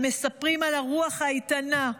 המספרים על הרוח האיתנה,